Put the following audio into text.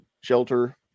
shelter